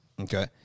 Okay